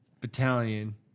battalion